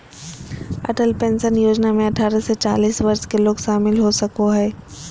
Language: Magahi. अटल पेंशन योजना में अठारह से चालीस वर्ष के लोग शामिल हो सको हइ